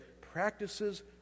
practices